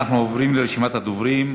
אנחנו עוברים לרשימת הדוברים.